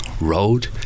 road